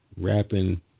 Rapping